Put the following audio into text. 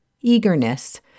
eagerness